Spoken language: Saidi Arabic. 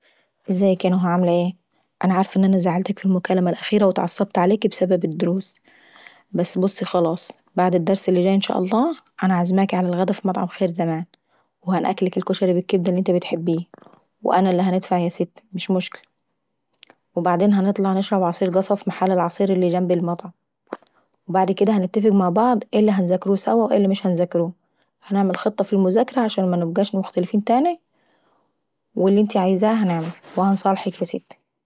ازيك يا نهى عاملة ايه، انا عارفة اني زعلتك في المكالمة الاخيري واتعصبت عليكاي ابسبب الدروس، بس بصي خلاص بعد الدرس اللي جاي ان شاء الله عازماكي على الغدا ف مطعم خير زمان، وهنأكلك الكشري بالكبدة اللي انتي بتحبيه، وانا اللي هندفع يا ستي مش مشكلة. وبعدين هنطلعو نشبروا عصير قصب اف محل العصير اللي جنب المطعم عشان نشربوا عصير قصب. وبعدين اكديه هنتفقوا مع بعض ايه اللي هنذاكروه سوا وايه اللي مش هنذاكروه وبعد اكديه هنعملوا خطة ف المذاكراه عشان منبقاش مختلفين تاني واللي انتي عاوزاه هنعملو. وهنصالحك يا ستاي.